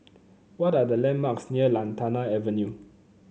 what are the landmarks near Lantana Avenue